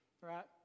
right